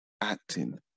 acting